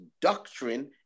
doctrine